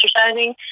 exercising